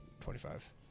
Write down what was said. twenty-five